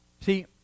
See